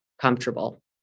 comfortable